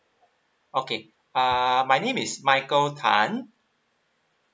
okay uh my name is michael tan